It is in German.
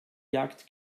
jagd